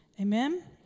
Amen